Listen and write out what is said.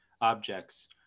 objects